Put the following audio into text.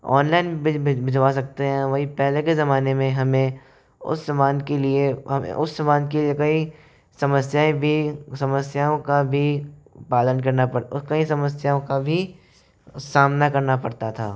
online भिजवा सकते हैं वहीं पहले के ज़माने में हमें उस समान के लिए हमें उस समान के लिए कई समस्याएं भी समस्याओं का भी पालन करना पड़ कई समस्याओं का भी सामना करना पड़ता था